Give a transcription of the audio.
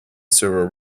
server